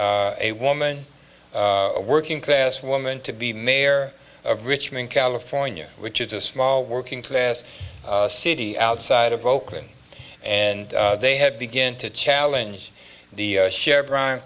a a woman working class woman to be mayor of richmond california which is a small working class city outside of oakland and they had begin to challenge the share bran